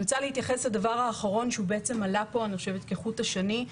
אני רוצה להתייחס לדבר האחרון שבעצם עלה פה אני חושבת כחוט השני.